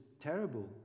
terrible